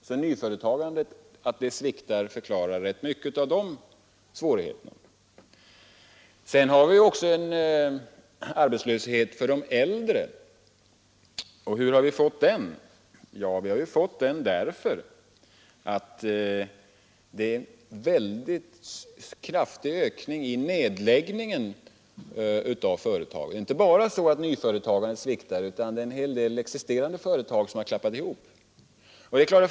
Att nyföretagandet sviktar förklarar alltså rätt mycket av svårigheterna för dessa grupper av arbetstagare. Hur har vi då fått arbetslösheten för de äldre? Jo, den har vi fått därför att det är en kraftig ökning i nedläggningen av företag. Det är inte - Nr 108 bara så att nyföretagandet sviktar, utan en hel del existerande företag har Måndagen den också klappat ihop.